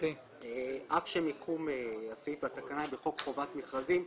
אף שמיקום הסעיף בתקנה הוא בחוק חובת מכרזים,